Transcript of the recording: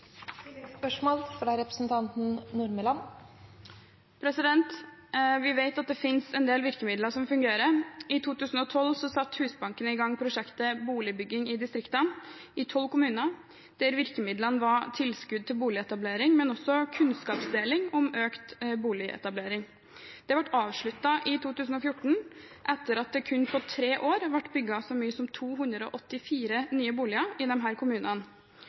Vi vet at det finnes en del virkemidler som fungerer. I 2012 satte Husbanken i gang prosjektet «Boligetablering i distriktene» i tolv kommuner, der virkemidlene var tilskudd til boligetablering, men også kunnskapsdeling om økt boligetablering. Det ble avsluttet i 2014, etter at det på kun tre år ble bygget så mye som 284 nye boliger i disse kommunene. Grong kommune var en av de kommunene